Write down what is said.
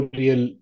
real